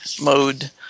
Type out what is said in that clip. mode